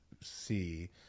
see